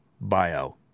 bio